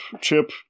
Chip